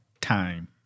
Time